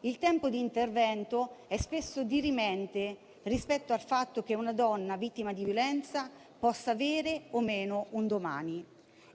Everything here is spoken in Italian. Il tempo di intervento è spesso dirimente rispetto al fatto che una donna vittima di violenza possa avere o meno un domani.